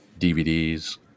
DVDs